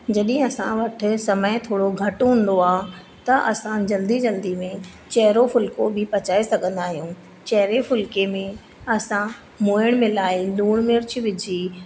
जॾहिं असां वटि समय थोरो घटि हूंदो आहे त असां जल्दी जल्दी में चहरो फुलको बि पचाए सघंदा आहियूं चहरे फुलके में असां मोइण मिलाए लूण मिर्च विझी